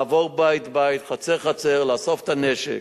לעבור בית-בית, חצר-חצר, לאסוף את הנשק.